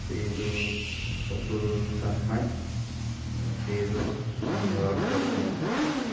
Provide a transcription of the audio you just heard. শ্ৰীযুত অতুল চাংমাই আৰু শ্ৰীযুত ভৰত দত্ত